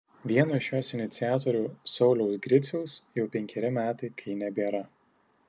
vieno iš jos iniciatorių sauliaus griciaus jau penkeri metai kai nebėra